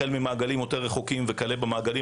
החל ממעגלים רחוקים יותר וכלה במעגלים